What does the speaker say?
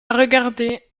regardait